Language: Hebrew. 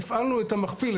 הפעלנו את המכפיל,